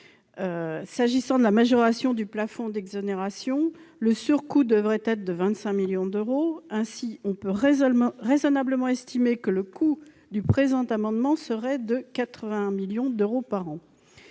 S'agissant de la majoration du plafond d'exonération, le surcoût devrait être de 25 millions d'euros. Ainsi, on peut raisonnablement estimer que le coût du présent amendement serait de 81 millions d'euros par an.